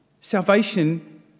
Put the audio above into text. Salvation